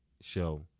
show